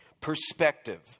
Perspective